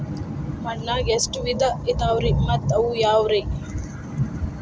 ಮಣ್ಣಾಗ ಎಷ್ಟ ವಿಧ ಇದಾವ್ರಿ ಮತ್ತ ಅವು ಯಾವ್ರೇ?